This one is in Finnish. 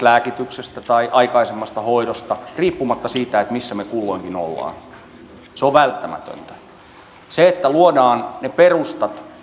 lääkityksestä tai aikaisemmasta hoidosta riippumatta siitä missä me kulloinkin olemme se on välttämätöntä luodaan ne perustat